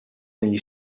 negli